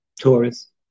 Taurus